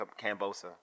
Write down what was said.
Cambosa